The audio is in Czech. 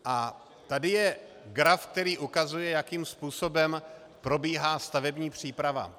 A tady je graf, který ukazuje, jakým způsobem probíhá stavební příprava.